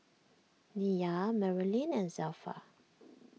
Nyah Maralyn and Zelpha